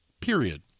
period